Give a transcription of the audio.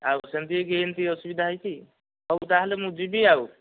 ଆଉ ସେମତି ହୋଇକି ଏମତି ଅସୁବିଧା ହୋଇଛି ହେଉ ତାହେଲେ ମୁଁ ଯିବି ଆଉ